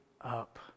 up